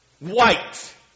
White